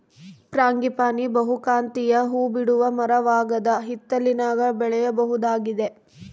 frangipani ಬಹುಕಾಂತೀಯ ಹೂಬಿಡುವ ಮರವಾಗದ ಹಿತ್ತಲಿನಾಗ ಬೆಳೆಯಬಹುದಾಗಿದೆ